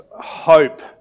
hope